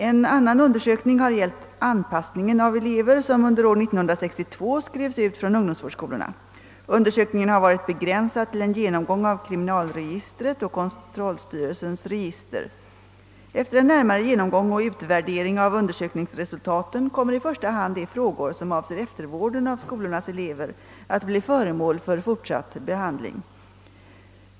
En annan undersökning har gällt anpassningen av elever som under år 1962 skrevs ut från ungdomsvårdsskolorna. Undersökningen har varit begränsad till en genomgång av kriminalregistret och kontrollstyrelsens register. Efter en närmare genomgång och utvärdering av undersökningsresultaten kommer i första hand de frågor som avser eftervården av skolornas elever att bli föremål för fortsatt behandling.